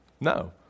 No